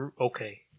Okay